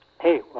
Hey